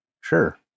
Sure